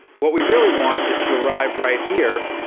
what we really want is to arrive right here,